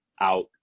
out